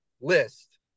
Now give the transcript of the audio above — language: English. list